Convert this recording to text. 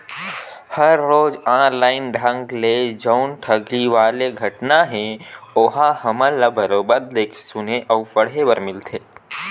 हर रोज ऑनलाइन ढंग ले जउन ठगी वाले घटना हे ओहा हमन ल बरोबर देख सुने अउ पड़हे बर मिलत हे